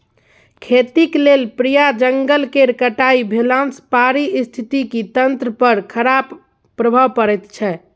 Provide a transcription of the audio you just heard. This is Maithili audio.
खेतीक लेल प्राय जंगल केर कटाई भेलासँ पारिस्थितिकी तंत्र पर खराप प्रभाव पड़ैत छै